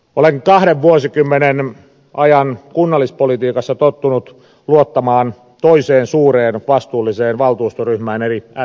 olen kahden vuosikymmenen ajan kunnallispolitiikassa tottunut luottamaan toiseen suureen vastuulliseen valtuustoryhmään eli sdphen